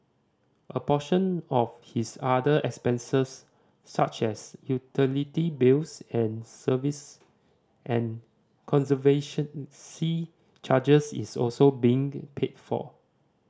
a portion of his other expenses such as utility bills and service and charges is also being paid for